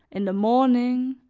in the morning,